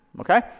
okay